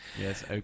yes